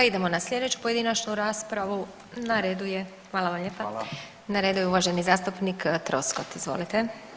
Idemo na slijedeću pojedinačnu raspravu, na redu je, hvala vam lijepa [[Upadica: Hvala]] na redu je uvaženi zastupnik Troskot, izvolite.